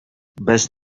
bez